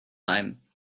time